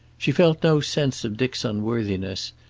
she felt no sense of dick's unworthiness,